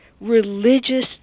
religious